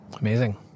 Amazing